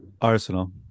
Arsenal